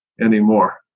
anymore